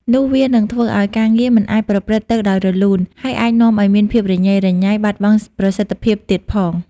នោះវានឹងធ្វើឲ្យការងារមិនអាចប្រព្រឹត្តទៅដោយរលូន ហើយអាចនាំឲ្យមានភាពរញ៉េរញ៉ៃ បាត់បង់ប្រសិទ្ធភាពទៀតផង។